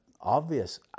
obvious